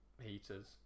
heaters